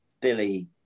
Billy